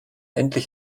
endlich